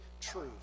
truth